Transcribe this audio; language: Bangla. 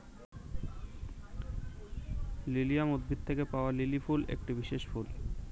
লিলিয়াম উদ্ভিদ থেকে পাওয়া লিলি ফুল একটি বিশেষ ফুল